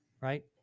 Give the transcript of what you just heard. right